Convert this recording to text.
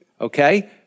okay